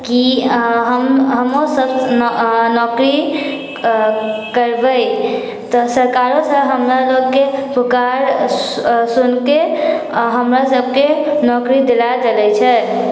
कि हम हमहुँ सब नौकरी कऽ करबै तऽ सरकारो से हमरा लोगके पुकार सु सुनके हमरा सभकेँ नौकरी दिलाए देले छै